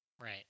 Right